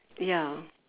ya